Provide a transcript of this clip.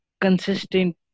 consistent